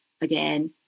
again